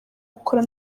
gukora